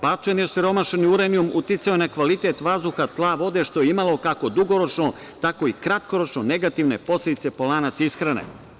Bačeni osiromašeni uranijum uticao je na kvalitet vazduha, tla, vode, što je imalo, kako dugoročno, tako i kratkoročno negativne posledice po lanac ishrane.